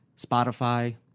Spotify